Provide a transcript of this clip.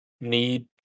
Need